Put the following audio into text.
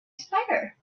spider